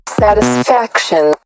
satisfaction